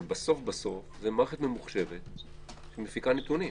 אבל בסוף בסוף זאת מערכת ממוחשבת שמפיקה נתונים.